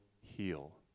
heal